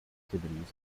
activities